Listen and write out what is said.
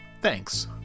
Thanks